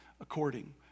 according